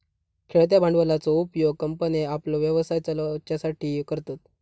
खेळत्या भांडवलाचो उपयोग कंपन्ये आपलो व्यवसाय चलवच्यासाठी करतत